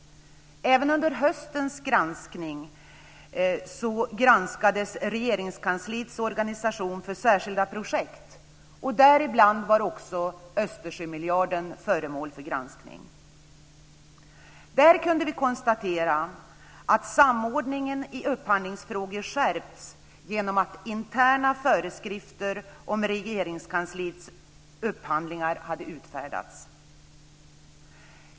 Även under höstens granskning granskades Regeringskansliets organisation för särskilda projekt. Däribland var också Östersjömiljarden föremål för granskning. Där kunde vi konstatera att samordningen i upphandlingsfrågor skärpts genom att interna föreskrifter om Regeringskansliets upphandlingar har utfärdats.